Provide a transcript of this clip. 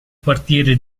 quartiere